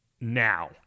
now